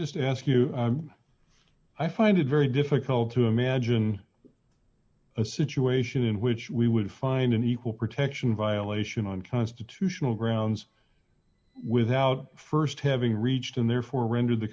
just ask you i find it very difficult to imagine a situation in which we would find an equal protection violation on constitutional grounds without st having reached and therefore render the